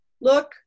look